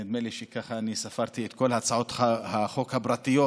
נדמה לי שספרתי את כל הצעות החוק הפרטיות,